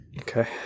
Okay